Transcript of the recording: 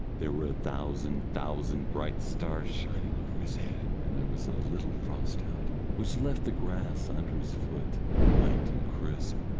there were a thousand thousand bright stars shining over his head, and there was a little frost out, which left the grass under his foot white and crisp.